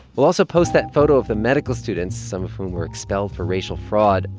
we'll also post that photo of the medical students, some of whom were expelled for racial fraud.